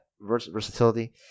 versatility